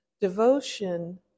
Devotion